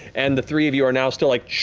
and the three of you are now still like